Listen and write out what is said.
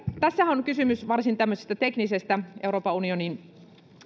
tässähän on kysymys tämmöisestä varsin teknisestä euroopan unionin